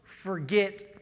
forget